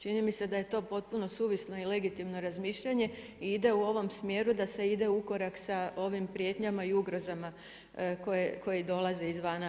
Čini mi se da je to potpuno suvislo i legitimno razmišljanje i ide u ovom smjeru da se ide u korak sa ovim prijetnjama i ugrozama koje dolaze iz vana.